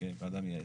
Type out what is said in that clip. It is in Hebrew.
כי יש ועדה מייעצת.